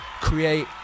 create